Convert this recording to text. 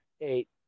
eight